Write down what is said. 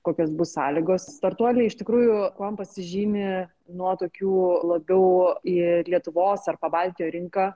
kokios bus sąlygos startuoliai iš tikrųjų kuom pasižymi nuo tokių labiau į lietuvos ar pabaltijo rinką